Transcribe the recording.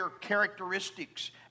characteristics